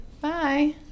bye